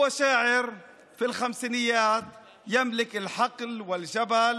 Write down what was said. זהו משורר משנות החמישים שיש לו שדה והר.